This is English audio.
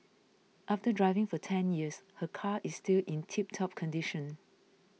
after driving for ten years her car is still in tiptop condition